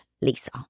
Lisa